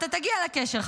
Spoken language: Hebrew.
אתה תגיע לקשר,